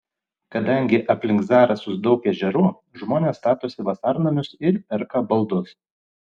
kadangi aplink zarasus daug ežerų žmonės statosi vasarnamius ir perka baldus